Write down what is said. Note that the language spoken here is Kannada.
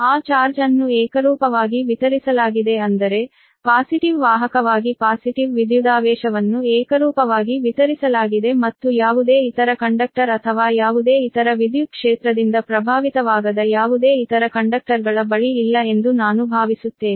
ಆ ಚಾರ್ಜ್ ಅನ್ನು ಏಕರೂಪವಾಗಿ ವಿತರಿಸಲಾಗಿದೆ ಅಂದರೆ ಪಾಸಿಟಿವ್ ವಾಹಕವಾಗಿ ಪಾಸಿಟಿವ್ ವಿದ್ಯುದಾವೇಶವನ್ನು ಏಕರೂಪವಾಗಿ ವಿತರಿಸಲಾಗಿದೆ ಮತ್ತು ಯಾವುದೇ ಇತರ ಕಂಡಕ್ಟರ್ ಅಥವಾ ಯಾವುದೇ ಇತರ ವಿದ್ಯುತ್ ಕ್ಷೇತ್ರದಿಂದ ಪ್ರಭಾವಿತವಾಗದ ಯಾವುದೇ ಇತರ ಕಂಡಕ್ಟರ್ಗಳ ಬಳಿ ಇಲ್ಲ ಎಂದು ನಾನು ಭಾವಿಸುತ್ತೇನೆ